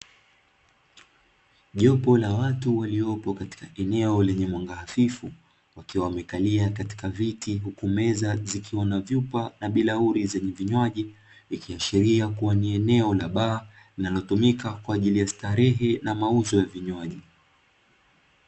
Jopo la watu waliopo katika eneo lenye mwanga hafifu, wakiwa wamekalia katika viti huku meza zikiwa na vyupa na bilauri zenye vinywaji, ikiashiria kuwa ni eneo la baa, linalotumika kwa ajili ya starehe na mauzo ya vinywaji.